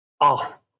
off